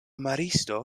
maristo